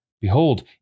behold